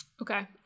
Okay